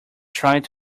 trying